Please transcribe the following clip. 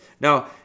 Now